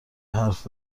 حرف